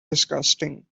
disgusting